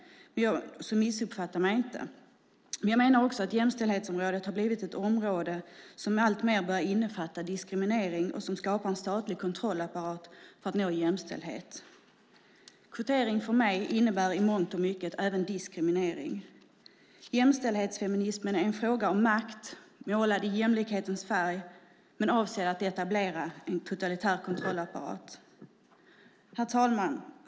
Så missuppfatta mig inte! Men jag menar också att jämställdhetsområdet har blivit ett område som alltmer börjar innefatta diskriminering och som skapar en statlig kontrollapparat för att nå jämställdhet. Kvotering innebär för mig i mångt och mycket även diskriminering. Jämställdhetsfeminismen är en fråga om makt, målad i jämlikhetens färg men avsedd att etablera en totalitär kontrollapparat. Herr talman!